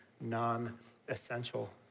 non-essential